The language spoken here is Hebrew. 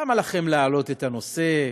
למה לכם להעלות את הנושא,